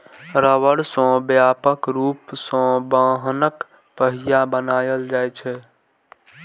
रबड़ सं व्यापक रूप सं वाहनक पहिया बनाएल जाइ छै